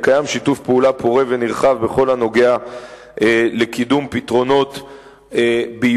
וקיים שיתוף פעולה פורה ונרחב בכל הנוגע לקידום פתרונות ביוב,